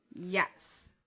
Yes